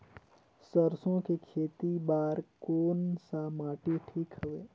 सरसो के खेती बार कोन सा माटी ठीक हवे?